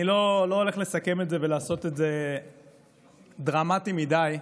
אני לא הולך לסכם את זה ולעשות את זה דרמטי מדי,